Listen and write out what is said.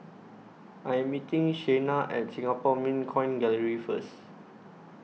I Am meeting Shayna At Singapore Mint Coin Gallery First